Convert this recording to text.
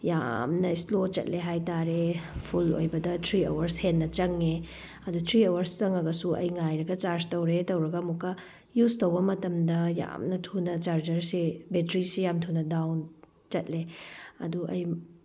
ꯌꯥꯝꯅ ꯏꯁꯂꯣ ꯆꯠꯂꯦ ꯍꯥꯏꯇꯥꯔꯦ ꯐꯨꯜ ꯑꯣꯏꯕꯗ ꯊ꯭ꯔꯤ ꯑꯋꯥꯔꯁ ꯍꯦꯟꯅ ꯆꯪꯉꯦ ꯑꯗꯨ ꯊ꯭ꯔꯤ ꯑꯋꯥꯔꯁ ꯆꯪꯉꯒꯁꯨ ꯑꯩ ꯉꯥꯏꯔꯒ ꯆꯥꯔꯖ ꯇꯧꯔꯦ ꯇꯧꯔꯒ ꯑꯃꯨꯛꯀ ꯌꯨꯖ ꯇꯧꯕ ꯃꯇꯝꯗ ꯌꯥꯝꯅ ꯊꯨꯅ ꯆꯥꯖꯔꯁꯦ ꯕꯦꯇ꯭ꯔꯤꯁꯦ ꯌꯥꯝ ꯊꯨꯅ ꯗꯥꯎꯟ ꯆꯠꯂꯦ ꯑꯗꯨ ꯑꯩ